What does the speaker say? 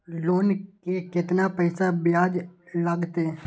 Loan के केतना पैसा ब्याज लागते?